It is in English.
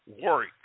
work